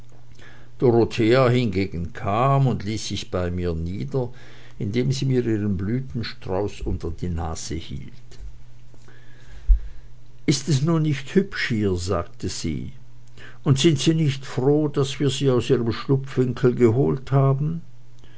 dorothea hingegen kam und ließ sich bei mir nieder indem sie mir ihren blütenstrauß unter die nase hielt ist es nun nicht hübsch hier sagte sie und sind sie nicht froh daß wir sie aus ihrem schlupfwinkel geholt haben